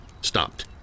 stopped